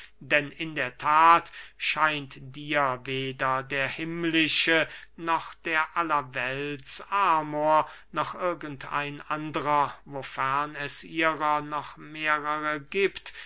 denn in der that scheint dir weder der himmlische noch der allerwelts amor noch irgend ein anderer wofern es ihrer noch mehrere giebt